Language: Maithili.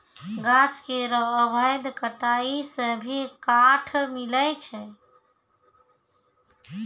गाछ केरो अवैध कटाई सें भी काठ मिलय छै